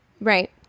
Right